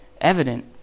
evident